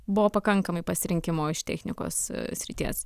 buvo pakankamai pasirinkimo iš technikos srities